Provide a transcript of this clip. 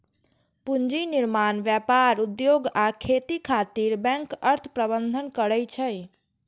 पूंजी निर्माण, व्यापार, उद्योग आ खेती खातिर बैंक अर्थ प्रबंधन करै छै